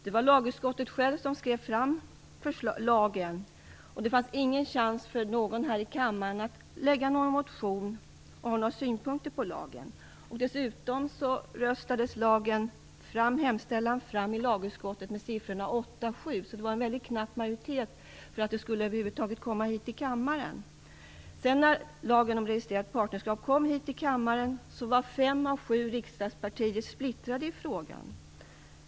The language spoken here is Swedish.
Det var lagutskottets ledamöter som själva skrev lagförslaget. Det fanns ingen chans för någon här i kammaren att väcka någon motion eller komma med några synpunkter på förslaget. Dessutom röstades hemställan fram i lagutskottet med siffrorna 8-7, så det var en väldigt knapp majoritet som var för att lagförslaget över huvud taget skulle komma hit till kammaren. När lagen om registrerat partnerskap kom hit till kammaren var fem av sju riksdagspartier splittrade i frågan.